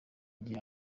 gihe